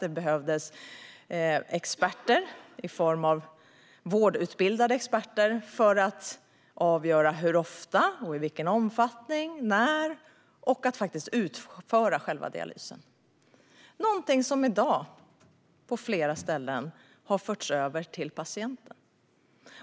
Det behövdes vårdutbildade experter för att avgöra hur ofta, i vilken omfattning och när dialysen skulle utföras. De skulle dessutom utföra själva dialysen. Det är något som på flera ställen i dag har förts över till patienten.